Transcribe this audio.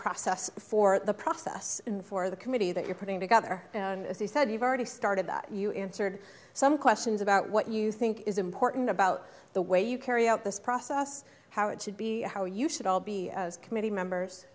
process for the process for the committee that you're putting together and as you said you've already started that you answered some questions about what you think is important about the way you carry out this process how it should be how you should all be committee members